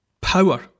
power